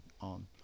on